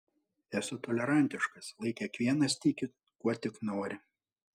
esu tolerantiškas lai kiekvienas tiki kuo tik nori